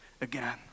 again